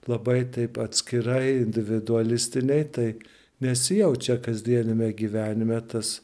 labai taip atskirai individualistiniai tai nesijaučia kasdieniame gyvenime tas